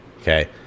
Okay